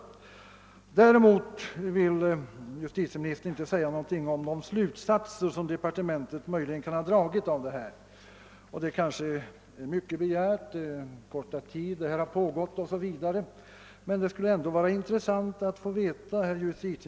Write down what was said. Däremot vill justitieministern inte säga någonting om de slutsatser som departementet möjligen kan ha dragit, något som kanske också är för mycket begärt med hänsyn till den korta tid som försöket har pågått.